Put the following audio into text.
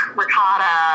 ricotta